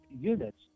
units